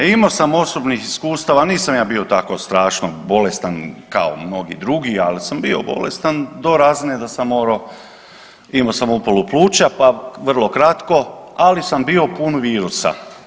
Imao sam osobnih iskustava, nisam ja bio tako strašno bolestan kao mnogi drugi, al sam bio bolestan do razine da sam morao, imao sam upalu pluća, pa vrlo kratko, ali sam bio pun virusa.